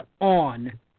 on